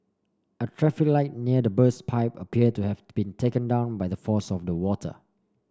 a traffic light near the burst pipe appeared to have been taken down by the force of the water